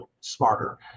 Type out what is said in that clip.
smarter